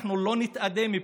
אנחנו לא נתאדה מפה.